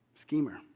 Schemer